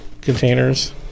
containers